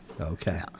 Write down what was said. okay